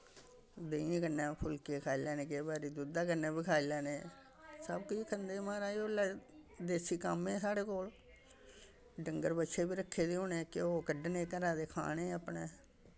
देहिंयै कन्नै फुल्के खाई लैने केईं बारी दुद्धा कन्नै बी खाई लैने सब्भ किश खंदे हे म्हाराज ओल्लै देसी कम्म हे साढ़े कोल डंगर बच्छे बी रक्खे दे होने घ्यो कड्ढने घरा दे खाने अपने